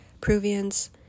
Peruvians